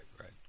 right